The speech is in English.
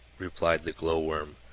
replied the glowworm,